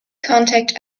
contact